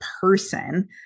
person